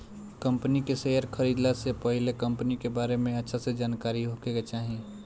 company के share खरीदला से पहिले कंपनी के बारे में अच्छा से जानकारी होखे के चाही